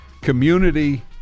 Community